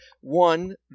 One